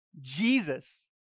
Jesus